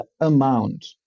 amount